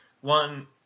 One